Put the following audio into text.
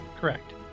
Correct